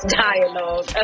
dialogue